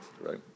right